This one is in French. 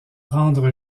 rendre